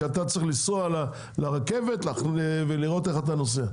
כי אתה צריך לנסוע לרכבת ולראות איך אתה נוסע.